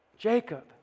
Jacob